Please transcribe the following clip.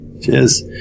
Cheers